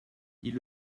ils